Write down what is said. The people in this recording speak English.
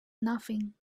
nothing